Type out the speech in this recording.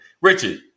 Richard